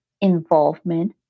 involvement